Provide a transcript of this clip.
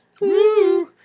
Woo